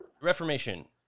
Reformation